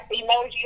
emoji